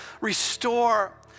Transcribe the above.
restore